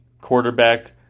quarterback